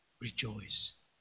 rejoice